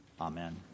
Amen